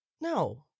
No